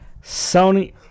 Sony